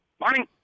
Morning